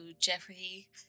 Jeffrey